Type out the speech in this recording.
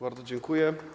Bardzo dziękuję.